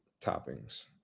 toppings